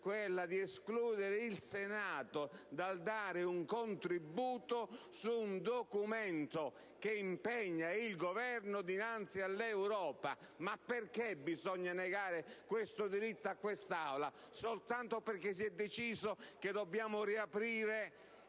quella di escludere il Senato dal dare un contributo su un documento che impegna il Governo dinanzi all'Europa. Perché bisogna negare questo diritto all'Assemblea del Senato? Soltanto perché si è deciso che dobbiamo riaprire